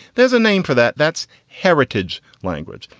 there's a name for that. that's heritage language.